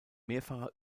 mehrfacher